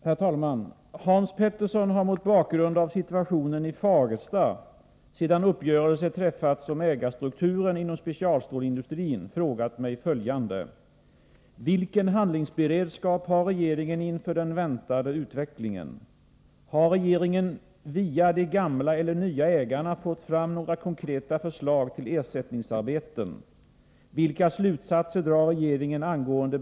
Herr talman! Hans Petersson i Hallstahammar har, mot bakgrund av situationen i Fagersta sedan uppgörelse träffats om ägarstrukturen inom specialstålsindustrin, frågat mig följande: Har regeringen via de gamla eller nya ägarna fått fram några konkreta förslag till ersättningsarbeten?